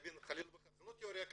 חלילה וחס זה לא תיאוריית קונספירציה,